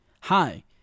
Hi